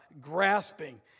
grasping